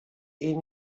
est